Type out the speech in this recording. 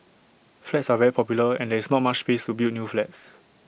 flats are very popular and there is not much space to build new flats